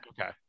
Okay